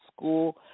school